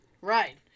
Right